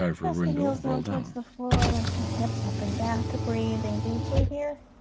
press the heels down towards the floor lift the hips up and back to breathing deeply here